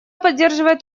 поддерживает